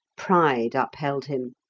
pride upheld him.